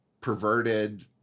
perverted